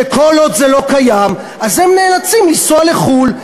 כל עוד זה לא קיים הם נאלצים לנסוע לחו"ל.